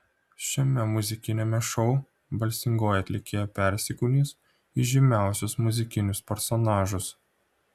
šiame muzikiniame šou balsingoji atlikėja persikūnys į žymiausius muzikinius personažus